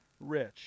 rich